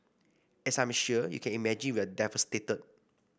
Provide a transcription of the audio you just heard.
as I'm sure you can imagine we are devastated